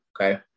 okay